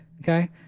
Okay